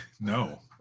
No